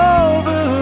over